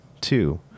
Two